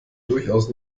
durchaus